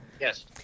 Yes